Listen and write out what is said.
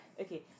Okay